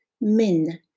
min